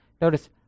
notice